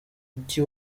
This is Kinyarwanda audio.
mujyi